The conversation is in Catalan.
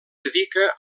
dedica